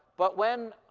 but when